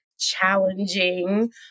challenging